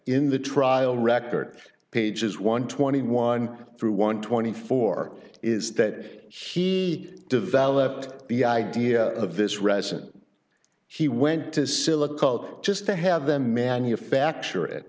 in the trial record pages one twenty one through one twenty four is that he developed the idea of this resonant he went to silicone just to have them manufacture it